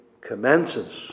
commences